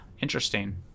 Interesting